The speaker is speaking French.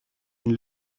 une